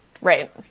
Right